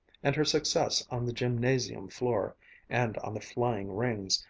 and her success on the gymnasium floor and on the flying rings,